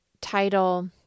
title